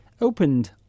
opened